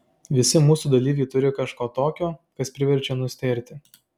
visi mūsų dalyviai turi kažką tokio kas priverčia nustėrti